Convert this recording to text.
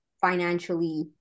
financially